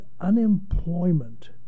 unemployment